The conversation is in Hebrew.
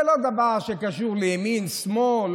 זה לא דבר שקשור לימין ושמאל,